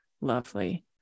lovely